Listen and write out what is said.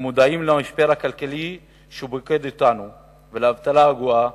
ומודעים למשבר הכלכלי שפוקד אותנו ולאבטלה הגואה,